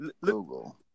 Google